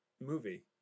movie